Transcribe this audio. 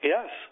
Yes